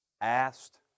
asked